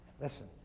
listen